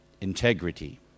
Integrity